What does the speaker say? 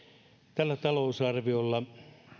tällä talousarviolla